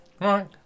Right